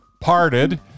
parted